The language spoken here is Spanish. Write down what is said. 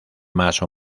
más